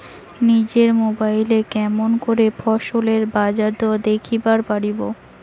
নিজের মোবাইলে কেমন করে ফসলের বাজারদর দেখিবার পারবো?